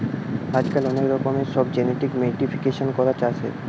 আজকাল অনেক রকমের সব জেনেটিক মোডিফিকেশান করে চাষের